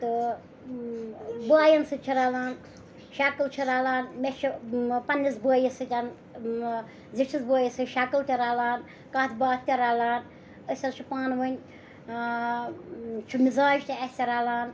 تہٕ بایَن سۭتۍ چھِ رَلان شَکٕل چھِ رَلان مےٚ چھِ پنٛنِس بأیِس سٕتۍ زِٹھِس بأیِس سۭتۍ شَکٕل تہِ رَلان کَتھ باتھ تہِ رَلان أسۍ حظ چھِ پانہٕ ؤنۍ چھُ مِزاج تہِ اَسہِ رَلان